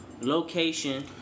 Location